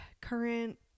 current